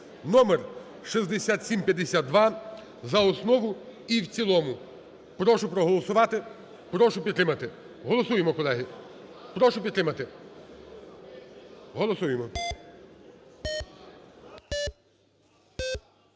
(№ 6752) за основу та і цілому. Прошу проголосувати, прошу підтримати. Голосуємо, колеги. Прошу підтримати. Голосуємо.